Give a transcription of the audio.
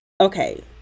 Okay